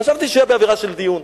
חשבתי שהוא יהיה באווירה של דיון.